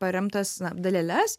paremtas na daleles